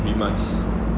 rimas